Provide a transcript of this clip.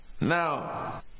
Now